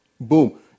Boom